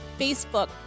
facebook